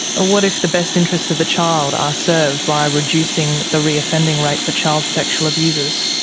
what if the best interests of the child are served by reducing the re-offending rate for child sexual abusers?